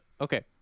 okay